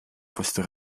questo